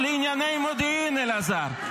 עמד פה חבר הכנסת אלעזר שטרן,